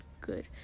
good